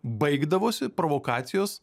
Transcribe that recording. baigdavosi provokacijos